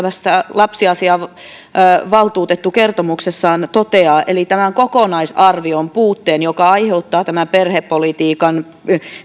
lapsiasiainvaltuutettu kertomuksessaan toteaa eli tämä kokonaisarvion puute joka aiheuttaa tämän perhepolitiikan